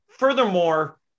Furthermore